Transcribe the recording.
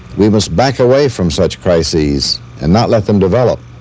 we must back away from such crises and not let them develop.